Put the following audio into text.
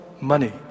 money